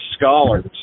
scholars